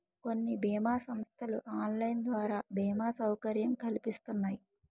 కొన్ని బీమా సంస్థలు ఆన్లైన్ ద్వారా బీమా సౌకర్యం కల్పిస్తున్నాయి